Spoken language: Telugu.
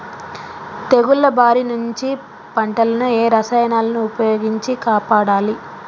తెగుళ్ల బారి నుంచి పంటలను ఏ రసాయనాలను ఉపయోగించి కాపాడాలి?